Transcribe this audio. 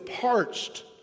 parched